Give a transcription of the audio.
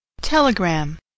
TELEGRAM